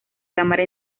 cámara